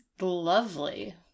lovely